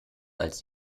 als